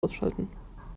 ausschalten